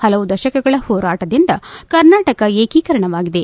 ಹಲವು ದಶಕಗಳ ಹೋರಾಟದಿಂದ ಕರ್ನಾಟಕ ಏಕೀಕರಣವಾಗಿದೆ